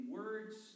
words